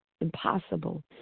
impossible